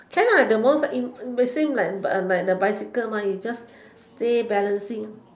can the most the same like like bicycle you just stay balancing